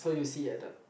so you see at the